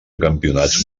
campionats